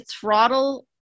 throttle